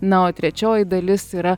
na o trečioji dalis yra